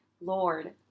Lord